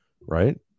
right